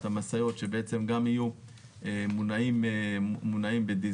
המשאיות שגם יהיו מונעות בדיזל.